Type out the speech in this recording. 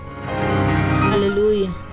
hallelujah